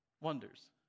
Wonders